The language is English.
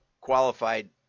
qualified